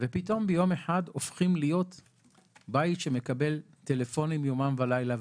ופתאום ביום אחד הופכים להיות בית שמקבל טלפונים יומם ולילה,